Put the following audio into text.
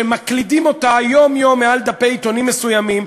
שמקלידים אותה יום-יום מעל דפי עיתונים מסוימים,